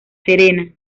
serena